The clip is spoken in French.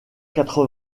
quatre